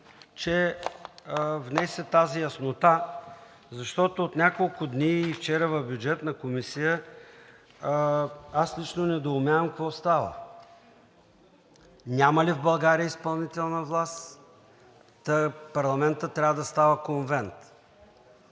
че внесе тази яснота, защото от няколко дни – и вчера в Бюджетната комисия, аз лично недоумявам какво става. Няма ли в България изпълнителна власт, та парламентът трябва да става конвент?